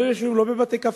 לא יושבים בבתי-קפה,